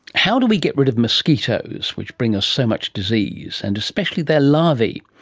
how do we get rid of mosquitoes, which bring us so much disease, and especially their larvae?